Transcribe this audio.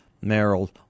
Merrill